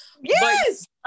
Yes